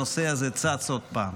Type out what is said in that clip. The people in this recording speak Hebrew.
הנושא הזה צץ עוד פעם,